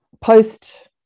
post